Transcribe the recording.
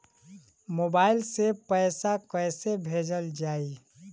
Mobile से पैसा कैसे भेजल जाइ?